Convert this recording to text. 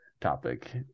topic